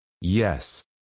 Yes